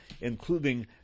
including